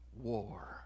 war